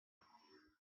ﺑﻌﻀﯽ